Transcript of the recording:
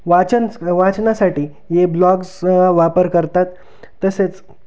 वाचन स वाचनासाठी हे ब्लॉग्स वापर करतात तसेच